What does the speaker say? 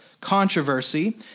controversy